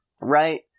Right